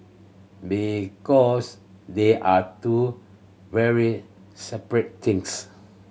because they are two very separate things